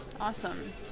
Awesome